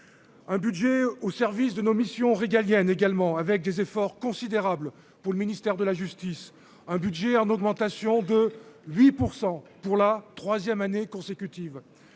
Un budget au service de nos missions régaliennes également avec des efforts considérables pour le ministère de la justice. Un budget en augmentation de 8% pour la 3ème année consécutive.